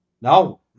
No